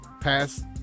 pass